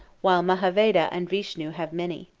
while mahadeva and vishnu have many.